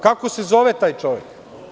Kako se zove taj čovek?